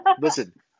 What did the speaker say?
listen